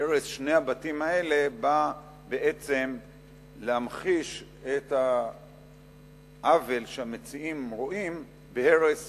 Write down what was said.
שהרס שני הבתים האלה בא בעצם להמחיש את העוול שהמציעים רואים בהרס